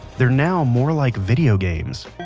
they're now more like video games,